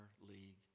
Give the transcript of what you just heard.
league